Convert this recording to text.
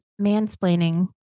mansplaining